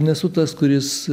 nesu tas kuris